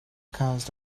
caused